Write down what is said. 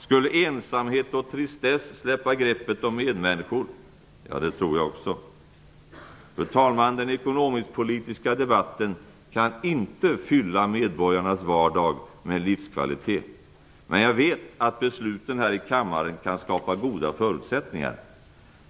Skulle ensamhet och tristess släppa greppet om medmänniskor? Det tror jag också. Fru talman! Den ekonomisk-politiska debatten kan inte fylla medborgarnas vardag med livskvalitet. Men jag vet att besluten här i kammaren kan skapa goda förutsättningar.